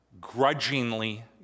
grudgingly